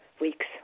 weeks